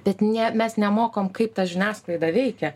bet ne mes nemokom kaip ta žiniasklaida veikia